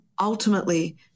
ultimately